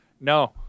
no